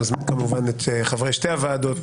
נזמין כמובן את חברי שתי הוועדות,